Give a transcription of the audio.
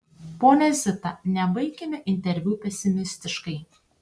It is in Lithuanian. ponia zita nebaikime interviu pesimistiškai